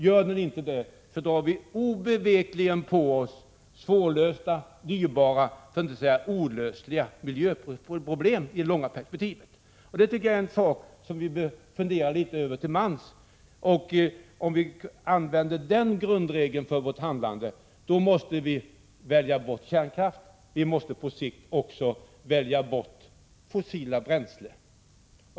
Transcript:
Gör deniinte det, drar vi obevekligen på oss svårlösta och dyrbara, för att inte säga olösliga miljöproblem i det långa perspektivet. Det tycker jag är en sak som vi behöver fundera över litet till mans. Om vi använder den grundregeln för vårt handlande, då måste vi välja bort kärnkraften. Vi måste på sikt också välja bort fossila bränslen.